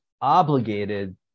obligated